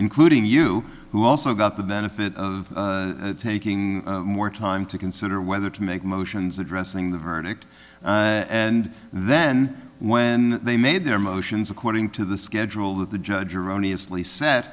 including you who also got the benefit of taking more time to consider whether to make motions addressing the verdict and then when they made their motions according to the schedule that the judge erroneous lee sa